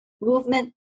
movement